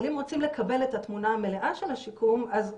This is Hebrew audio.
אבל אם רוצים לקבל את התמונה המלאה של השיקום אז,